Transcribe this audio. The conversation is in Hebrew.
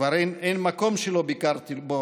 כבר אין מקום שלא ביקרתי בו,